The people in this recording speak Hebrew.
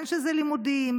בין שזה לימודים,